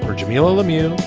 jamilah lemieux,